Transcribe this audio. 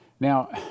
Now